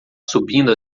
subindo